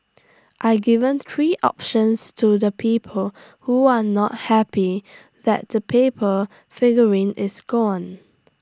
I've given three options to the people who are not happy that the paper figurine is gone